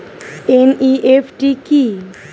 NEFT কি?